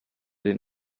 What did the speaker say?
den